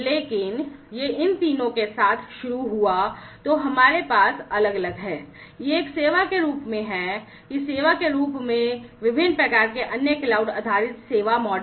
लेकिन यह इन तीनों के साथ शुरू हुआ तो हमारे पास अलग अलग हैं ये एक सेवा के रूप में हैं क्लाउड आधारित सेवा मॉडल